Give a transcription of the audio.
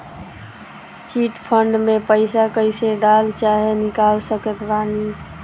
Chit fund मे पईसा कईसे डाल चाहे निकाल सकत बानी?